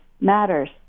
matters